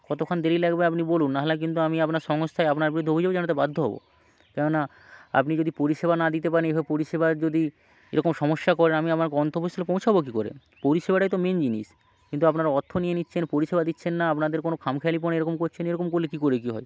কতক্ষণ দেরি লাগবে আপনি বলুন না হলে কিন্তু আমি আপনার সংস্থায় আপনার বিরুদ্ধে অভিযোগ জানাতে বাধ্য হব কেননা আপনি যদি পরিষেবা না দিতে পারেন এইভাবে পরিষেবার যদি এরকম সমস্যা করেন আমি আমার গন্তব্যস্থলে পৌঁছাব কী করে পরিষেবাটাই তো মেন জিনিস কিন্তু আপনারা অর্থ নিয়ে নিচ্ছেন পরিষেবা দিচ্ছেন না আপনাদের কোনো খামখেয়ালিপনা এরকম করছেন এরকম করলে কী করে কী হয়